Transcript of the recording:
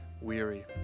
weary